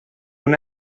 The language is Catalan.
una